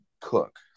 cook